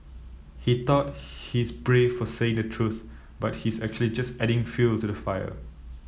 he thought he's brave for saying the truth but he's actually just adding fuel to the fire